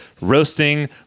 roasting